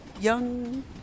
young